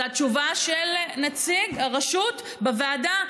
זו התשובה של נציג הרשות בוועדה.